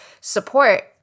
support